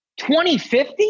2050